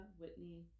Whitney